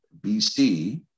BC